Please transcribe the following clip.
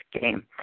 game